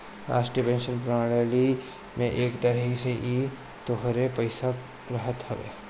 राष्ट्रीय पेंशन प्रणाली में एक तरही से इ तोहरे पईसा रहत हवे